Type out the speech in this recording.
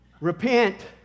Repent